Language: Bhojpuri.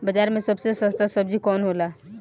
बाजार मे सबसे सस्ता सबजी कौन होला?